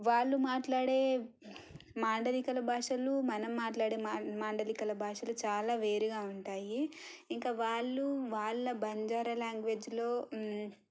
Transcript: వాళ్ళు మాట్లాడే మాండలికల భాషలు మనం మాట్లాడే మాండలికల భాషలు చాలా వేరుగా ఉంటాయి ఇంకా వాళ్ళు వాళ్ళ బంజారా లాంగ్వేజ్లో